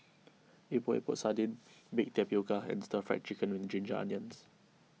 Epok Epok Sardin Baked Tapioca and Stir Fried Chicken with Ginger Onions